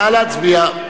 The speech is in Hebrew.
מי נמנע?